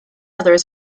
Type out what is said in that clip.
other